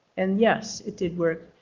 and yes, it did work.